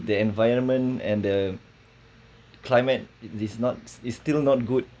the environment and the climate is not it still not good